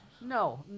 No